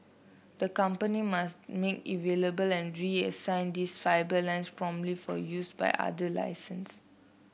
the company must then available and reassign these fibre lines promptly for use by other licensees